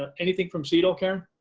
ah anything from cdl karen.